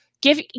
Give